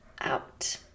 out